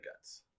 guts